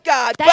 God